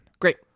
Great